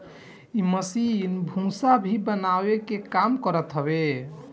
इ मशीन भूसा भी बनावे के काम करत हवे